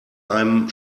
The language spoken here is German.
einem